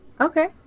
Okay